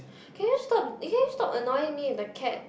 can you stop can you stop annoying me with the cat